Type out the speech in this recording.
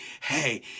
hey